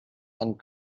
and